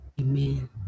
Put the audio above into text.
Amen